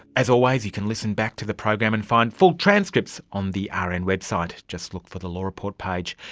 as always you can listen back to the program and find full transcripts on the rn and website, just look for the law report page.